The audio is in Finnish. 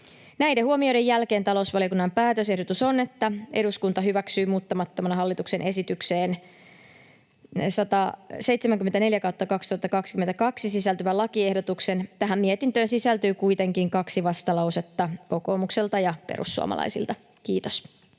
Näiden huomioiden jälkeen talousvaliokunnan päätösehdotus on, että eduskunta hyväksyy muuttamattomana hallituksen esitykseen 174/2022 sisältyvän lakiehdotuksen. Tähän mietintöön sisältyy kuitenkin kaksi vastalausetta, kokoomukselta ja perussuomalaisilta. — Kiitos.